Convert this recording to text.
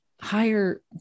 higher